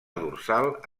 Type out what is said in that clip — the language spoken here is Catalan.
dorsal